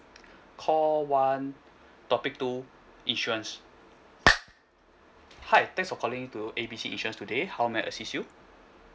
call one topic two insurance hi thanks for calling to A B C insurance today how may I assist you